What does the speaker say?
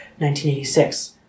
1986